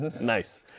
Nice